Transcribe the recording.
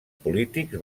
polítics